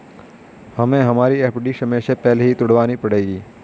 हमें हमारी एफ.डी समय से पहले ही तुड़वानी पड़ेगी